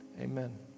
amen